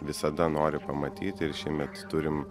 visada nori pamatyti ir šįmet turim